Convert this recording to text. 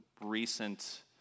recent